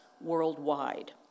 worldwide